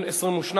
נתקבלה.